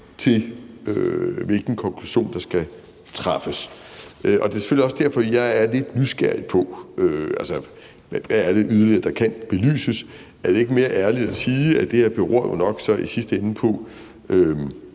til, hvilken konklusion der skal træffes. Det er selvfølgelig også derfor, at jeg er lidt nysgerrig på, hvad det yderligere er, der kan belyses. Er det ikke mere ærligt at sige, at det her jo nok så i sidste ende